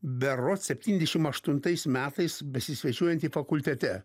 berods septyniasdešim aštuntais metais besisvečiuojantį fakultete